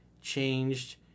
changed